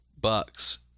bucks